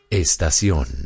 Estación